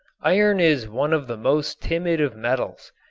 iron is one of the most timid of metals.